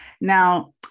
Now